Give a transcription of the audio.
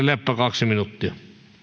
leppä kaksi minuuttia